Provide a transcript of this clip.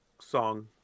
song